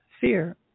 fear